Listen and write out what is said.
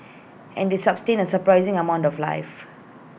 and they sustain A surprising amount of life